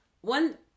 one